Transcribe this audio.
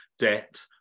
debt